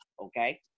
Okay